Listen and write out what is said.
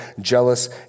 jealous